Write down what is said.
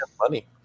money